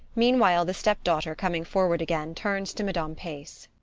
meanwhile, the step-daughter, coming forward again turns to madame pace.